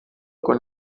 con